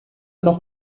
noch